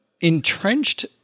entrenched